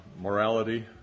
morality